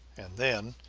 and then,